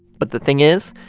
but the thing is,